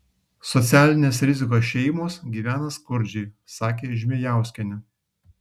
socialinės rizikos šeimos gyvena skurdžiai sakė žmėjauskienė